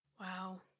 Wow